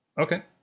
Okay